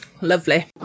Lovely